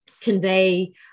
convey